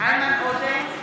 לא ספרת את אף אחד.